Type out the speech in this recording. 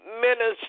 minister